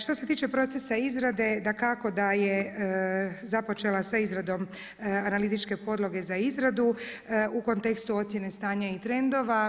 Što se tiče procesa izrade dakako da je započela sa izradom analitičke podloge za izradu u kontekstu ocjene stanja i trendova.